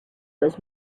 was